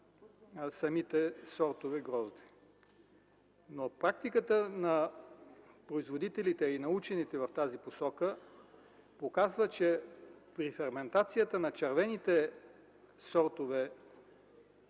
самите сортове грозде. Практиката на производителите и на учените в тази посока показва, че при ферментацията на червените сортове